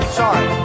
sorry